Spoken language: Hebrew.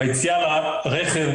ביציאה לרכב,